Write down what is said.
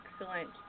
Excellent